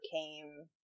came